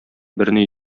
берни